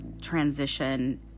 transition